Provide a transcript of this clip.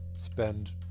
Spend